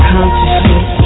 Consciousness